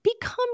become